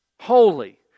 Holy